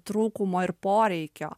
trūkumo ir poreikio